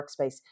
workspace